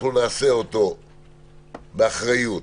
נעשה באחריות,